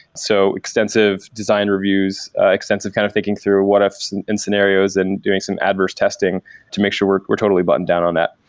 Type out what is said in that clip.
so extensive design reviews, extensive kind of thinking through what ifs and and scenarios and doing some adverse testing to make sure we're we're totally buttoned down on that.